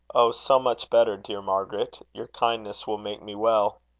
oh, so much better, dear margaret! your kindness will make me well.